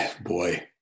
boy